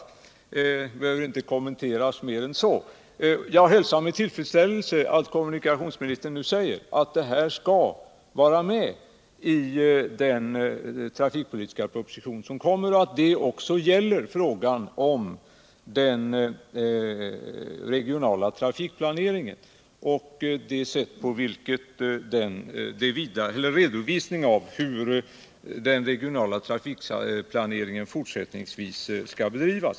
Det behöver inte kommenteras mer än så. Jag hälsar med tillfredsställelse att kommunikationsministern nu säger att det här skall vara med i den trafikpolitiska proposition som kommer och att det också gäller redovisningen av hur den regionala trafikplaneringen fortsättningsvis skall bedrivas.